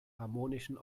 harmonischen